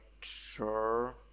sure